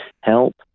help